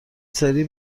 سری